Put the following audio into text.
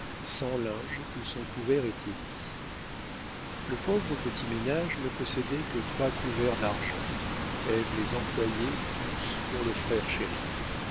sans linge où son couvert était mis le pauvre petit ménage ne possédait que trois couverts d'argent ève les employait tous pour le frère chéri